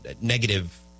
negative